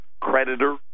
creditor